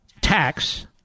tax